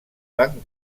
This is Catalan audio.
van